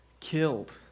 killed